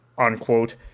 unquote